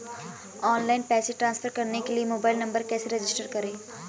Online पैसे transfer करने के लिए मोबाइल नंबर कैसे रजिस्टर करें?